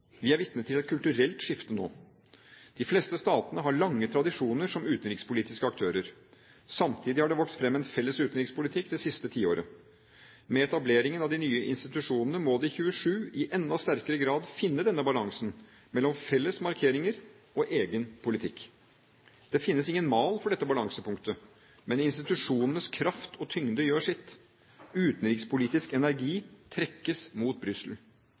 Vi er vitne til et kulturelt skifte nå. De fleste statene har lange tradisjoner som utenrikspolitiske aktører. Samtidig har det vokst fram en felles utenrikspolitikk det siste tiåret. Med etableringen av de nye institusjonene må de 27 i enda sterkere grad finne denne balansen mellom felles markeringer og egen politikk. Det finnes ingen mal for dette balansepunktet. Men institusjonenes kraft og tyngde gjør sitt. Utenrikspolitisk energi trekkes mot Brussel.